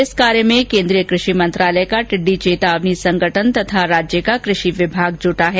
इस कार्ये में कोन्द्रीय कृषि मंत्रालय का टिड्डी चेतावनी संगठन तथा राज्य का कृषि विभाग जुटा है